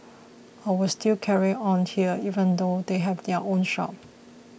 I will still carry on here even though they have their own shop